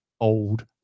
old